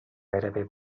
gairebé